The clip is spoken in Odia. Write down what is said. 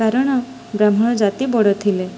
କାରଣ ବ୍ରାହ୍ମଣ ଜାତି ବଡ଼ ଥିଲେ